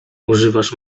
używasz